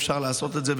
אפשר לעשות את זה,